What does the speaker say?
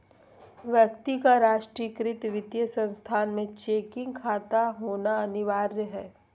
व्यक्ति का राष्ट्रीयकृत वित्तीय संस्थान में चेकिंग खाता होना अनिवार्य हइ